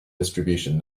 distribution